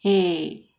eh